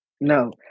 no